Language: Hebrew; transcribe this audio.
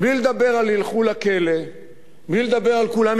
בלי לדבר על ילכו לכלא,